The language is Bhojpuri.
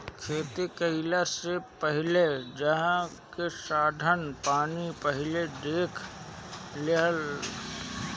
खेती कईला से पहिले उहाँ के साधन पानी पहिले देख लिहअ